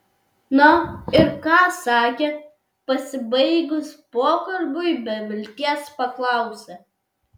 na ir ką sakė pasibaigus pokalbiui be vilties paklausė